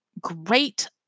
great